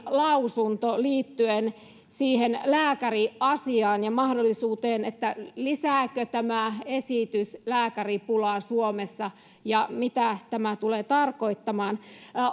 lausunto liittyen siihen lääkäriasiaan ja mahdollisuuteen lisääkö tämä esitys lääkäripulaa suomessa ja mitä tämä tulee tarkoittamaan